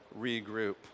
regroup